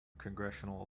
congressional